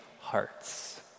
hearts